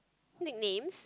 nicknames